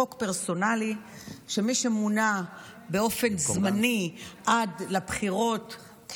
למי שמונה באופן זמני עד לבחירות,